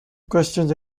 questions